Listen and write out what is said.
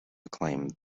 acclaim